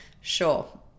sure